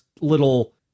little